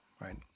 right